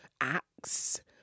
acts